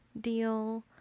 deal